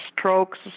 strokes